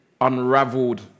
unraveled